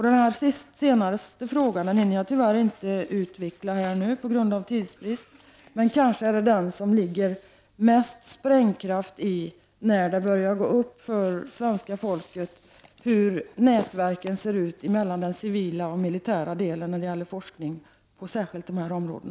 Den sistnämnda frågan hinner jag inte utveckla nu, men kanske är det den som det ligger mest sprängkraft i när det så småningom börjar gå upp för svenska folket hur nätverken ser ut mellan den civila och den militära forskningen på dessa områden.